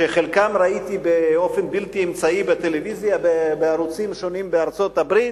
שאת חלקם ראיתי באופן בלתי אמצעי בערוצים שונים בטלוויזיה בארצות-הברית.